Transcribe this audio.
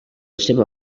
seva